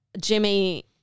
Jimmy